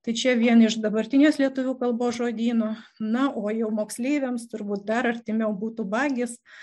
tai čia vien iš dabartinės lietuvių kalbos žodyno na o jau moksleiviams turbūt dar artimiau būtų bagis